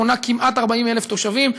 מונה כמעט 40,000 תושבים,